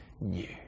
new